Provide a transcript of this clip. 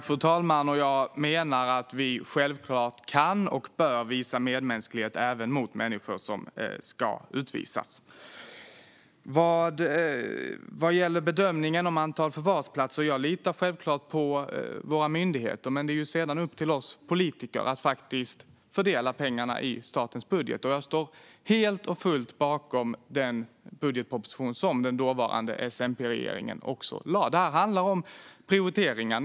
Fru talman! Jag menar att vi självklart kan och bör visa medmänsklighet även mot människor som ska utvisas. Vad gäller bedömningen av antalet förvarsplatser litar jag självklart på våra myndigheter. Men det är sedan upp till oss politiker att fördela pengarna i statens budget. Jag står helt och fullt bakom den budgetproposition som den dåvarande S-MP-regeringen lade fram. Det handlar om prioriteringar.